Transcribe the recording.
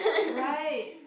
right